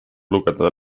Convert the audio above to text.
lugeda